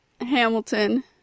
Hamilton